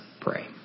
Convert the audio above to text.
pray